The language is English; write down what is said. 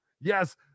Yes